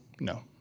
No